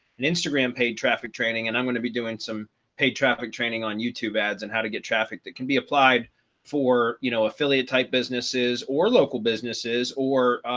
and instagram paid traffic training. and i'm going to be doing some paid traffic training on youtube ads and how to get traffic that can be applied for you know, affiliate type businesses or local businesses or,